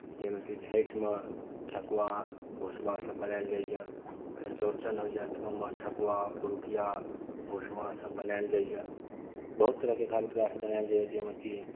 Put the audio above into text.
जाहिमे कि छठिमे ठकुआ भुसबासभ बनायल जाइए फेर चौड़चन होइए तऽ ओहिमे ठकुआ पुरुकिया भुसबासभ बनायल जाइए बहुत तरहके खाद्य पदार्थ बनायल जाइए जाहिमे कि